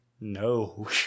No